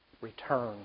Return